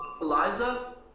Eliza